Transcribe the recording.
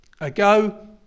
ago